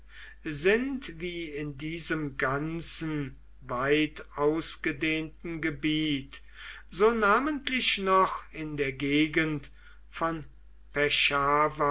sind wie in diesem ganzen weit ausgedehnten gebiet so namentlich noch in der gegend von